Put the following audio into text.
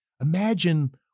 Imagine